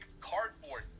cardboard